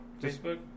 Facebook